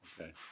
Okay